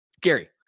Gary